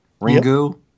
Ringu